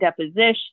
deposition